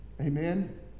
Amen